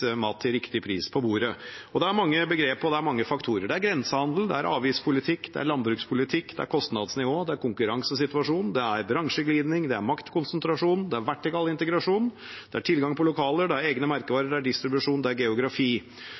mat til riktig pris. Det er mange begrep, og det er mange faktorer. Det er grensehandel. Det er avgiftspolitikk. Det er landbrukspolitikk. Det er kostnadsnivå. Det er konkurransesituasjon. Det er bransjeglidning. Det er maktkonsentrasjon. Det er vertikal integrasjon. Det er tilgang på lokaler. Det er egne merkevarer. Det er distribusjon. Det er geografi.